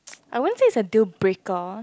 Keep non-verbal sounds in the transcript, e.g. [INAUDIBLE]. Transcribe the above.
[NOISE] I won't say is a deal breaker